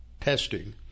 testing